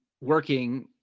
working